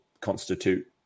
constitute